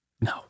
No